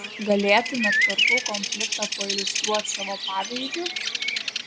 galėtumėt kartų konfliktą pailiustruot savo pavyzdžiu